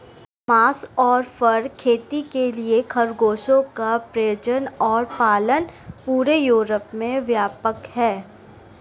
मांस और फर खेती के लिए खरगोशों का प्रजनन और पालन पूरे यूरोप में व्यापक है